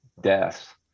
deaths